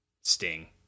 Sting